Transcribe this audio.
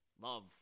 love